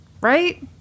Right